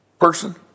person